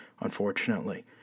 unfortunately